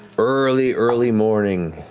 early early morning.